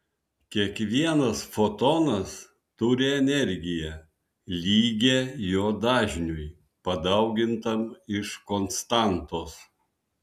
kiekvienas fotonas turi energiją lygią jo dažniui padaugintam iš konstantos